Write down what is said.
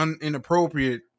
inappropriate